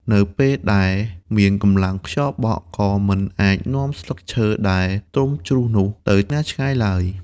នៅពេលដែលមានកម្លាំងខ្យល់បក់ក៏មិនអាចនាំស្លឹកឈើដែលទំុជ្រុះនោះទៅណាឆ្ងាយឡើយ។